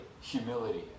humility